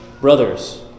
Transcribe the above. Brothers